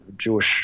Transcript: Jewish